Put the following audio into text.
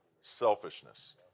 selfishness